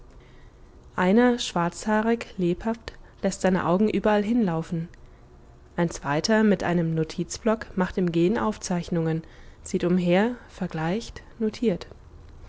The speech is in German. einer schwarzhaarig lebhaft läßt seine augen überallhin laufen ein zweiter mit einem notizblock macht im gehen aufzeichnungen sieht umher vergleicht notiert